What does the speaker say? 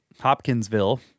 Hopkinsville